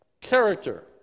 character